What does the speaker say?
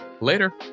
Later